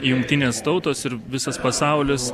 jungtinės tautos ir visas pasaulis